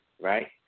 Right